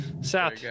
South